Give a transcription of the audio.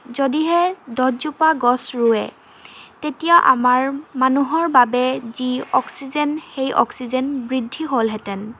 যদিহে দহজোপা গছ ৰুৱে তেতিয়া আমাৰ মানুহৰ বাবে যি অক্সিজেন সেই অক্সিজেন বৃদ্ধি হ'লহেঁতেন